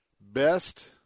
best